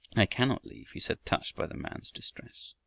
i cannot leave, he said, touched by the man's distress.